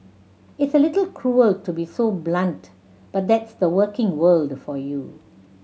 it's a little cruel to be so blunt but that's the working world for you